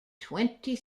twenty